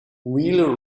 wheeler